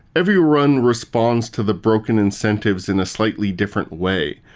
every run responds to the broken incentives in a slightly different way.